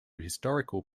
historical